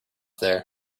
there